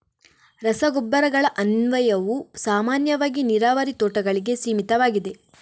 ರಸಗೊಬ್ಬರಗಳ ಅನ್ವಯವು ಸಾಮಾನ್ಯವಾಗಿ ನೀರಾವರಿ ತೋಟಗಳಿಗೆ ಸೀಮಿತವಾಗಿದೆ